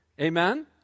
Amen